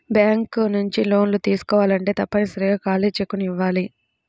bank నుంచి లోన్లు తీసుకోవాలంటే తప్పనిసరిగా ఖాళీ చెక్కుని ఇయ్యాలి